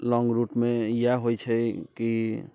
लौङ्ग रूटमे इएह होइत छै कि